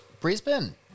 Brisbane